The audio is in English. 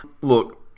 Look